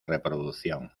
reproducción